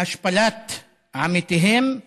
מהשפלת עמיתיהם,